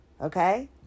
okay